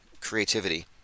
Creativity